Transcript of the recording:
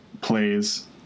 plays